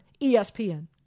ESPN